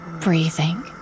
breathing